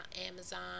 Amazon